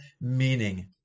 meaning